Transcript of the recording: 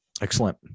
Excellent